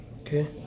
okay